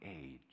age